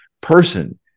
person